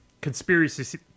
conspiracy